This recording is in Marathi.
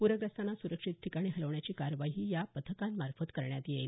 प्रग्रस्तांना सुरक्षित ठिकाणी हलवण्याची कार्यवाही या पथकांमार्फत करण्यात येईल